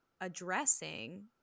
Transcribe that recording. addressing